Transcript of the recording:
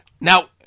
Now